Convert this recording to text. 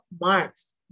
marks